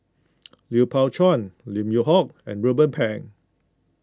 Lui Pao Chuen Lim Yew Hock and Ruben Pang